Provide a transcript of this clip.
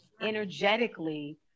Energetically